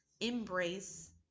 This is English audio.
embrace